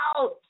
out